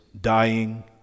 Dying